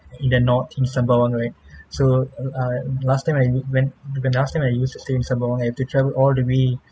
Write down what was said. in the north in sembawang right so uh last time I when when the last time I used to stay in sembawang I have to travel all the way